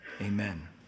amen